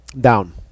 Down